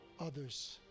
others